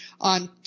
on